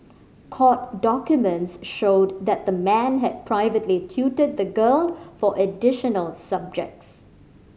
court documents showed that the man had privately tutored the girl for additional subjects